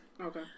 Okay